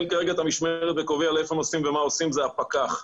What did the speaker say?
כרגע את המשמרת וקובע לאיפה נוסעים ומה עושים זה הפקח,